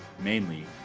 mainly,